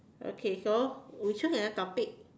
okay so we choose another topic